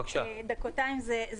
אנחנו מסתכלים על התקנות מ-2018.